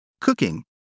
cooking